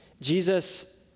Jesus